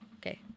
Okay